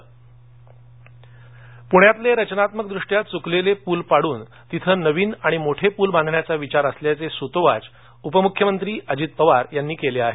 अजित पवार पुण्यातले रचनात्मकदृष्ट्या चुकलेले पूल पाडून तिथे नवीन आणि मोठे पूल बांधण्याचा विचार असल्याचं सूतोवाच उपमुख्यमंत्री अजित पवार यांनी केलं आहे